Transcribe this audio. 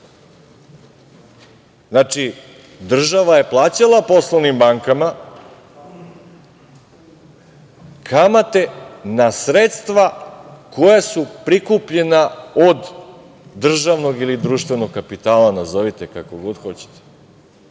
Znači, država je plaćala poslovnim bankama kamate na sredstva koja su prikupljena od državnog ili društvenog kapitala, nazovite kako god hoćete.